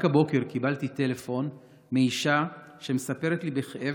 רק הבוקר קיבלתי טלפון מאישה שמספרת לי בכאב